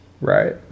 Right